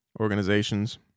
organizations